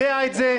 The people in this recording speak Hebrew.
יודע את זה,